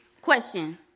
Question